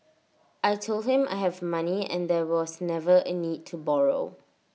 I Told him I have money and there was never A need to borrow